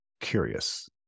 curious